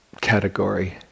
category